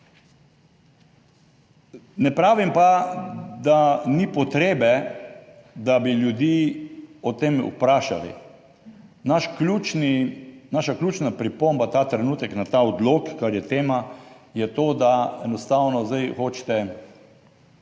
Ne pravim pa, da ni potrebe, da bi ljudi o tem vprašali. Naša ključna pripomba ta trenutek na ta odlok, kar je tema je to, da enostavno zdaj hočete vse te